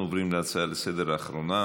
אנחנו עוברים להצעה לסדר-היום האחרונה: